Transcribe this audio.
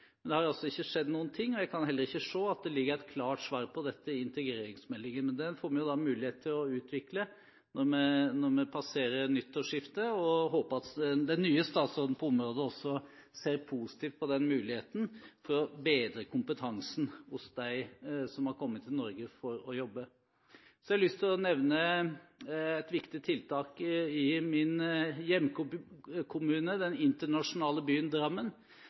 men det har ikke skjedd noe. Jeg kan heller ikke se at det ligger et klart svar på dette i integreringsmeldingen, men den får vi jo mulighet til å utvikle når vi passerer nyttårsskiftet. Jeg håper at den nye statsråden på området også ser positivt på denne muligheten til å bedre kompetansen hos dem som har kommet til Norge for å jobbe. Så har jeg lyst å nevne et viktig tiltak i min hjemkommune, den internasjonale byen Drammen,